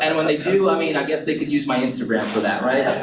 and when they do, i mean i guess they could use my instagram for that, right?